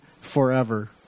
forever